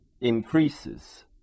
increases